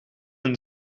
een